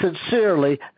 sincerely